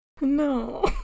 No